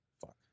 Fuck